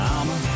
I'ma